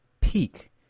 peak